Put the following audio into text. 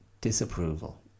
disapproval